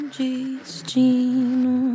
destino